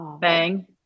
bang